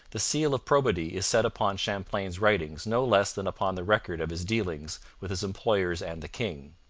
the seal of probity is set upon champlain's writings no less than upon the record of his dealings with his employers and the king.